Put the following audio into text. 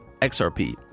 XRP